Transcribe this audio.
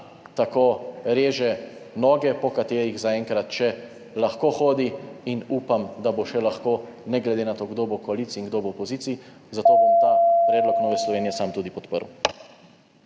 tako reže noge, po katerih zaenkrat še lahko hodi, in upam, da bo še lahko, ne glede na to, kdo bo v koaliciji in kdo bo v opoziciji. Zato bom ta predlog Nove Slovenije sam tudi podprl.